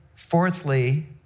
Fourthly